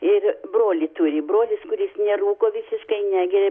ir brolį turi brolis kuris nerūko visiškai negeria